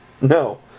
No